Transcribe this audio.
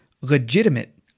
legitimate